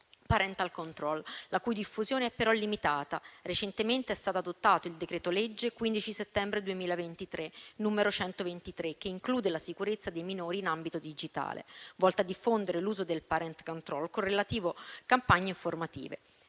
*parental control*, la cui diffusione è però limitata. Recentemente è stato adottato il decreto-legge 15 settembre 2023, n. 123, che include la sicurezza dei minori in ambito digitale, volta a diffondere l'uso del *parental control* con relative campagne informative.